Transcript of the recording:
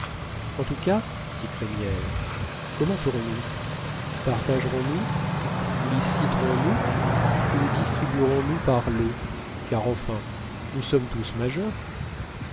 en tout cas dit crémière comment ferons-nous partagerons nous liciterons nous ou distribuerons nous par lots car enfin nous sommes tous majeurs